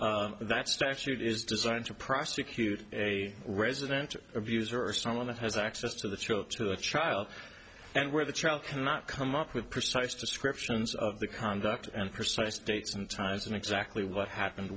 that statute is designed to prosecute a resident abuser or someone that has access to the show to a child and where the child cannot come up with precise descriptions of the conduct and persuasive dates and times and exactly what happened